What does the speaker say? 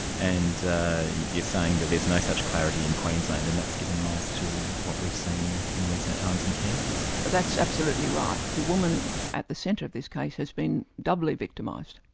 and you're saying that there's no such clarity in queensland, and that's given rise to what we've seen in recent times in cairns? that's absolutely right. the woman at the centre of this case has been doubly victimised.